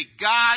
God